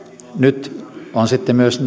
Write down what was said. nyt on sitten myös